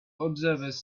observers